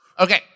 Okay